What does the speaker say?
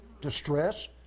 distress